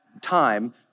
time